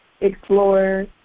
explore